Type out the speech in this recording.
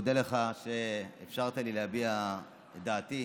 כמובן שגם אתה רוצה להתנגד להצעת החוק הזאת,